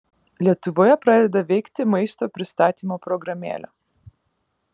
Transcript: lietuvoje pradeda veikti maisto pristatymo programėlė